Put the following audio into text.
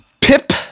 Pip